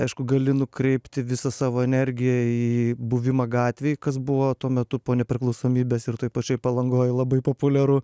aišku gali nukreipti visą savo energiją į buvimą gatvėj kas buvo tuo metu po nepriklausomybės ir toj pačioj palangoj labai populiaru